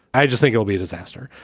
i just think it'll be a disaster,